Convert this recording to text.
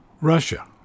Russia